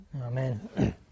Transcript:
Amen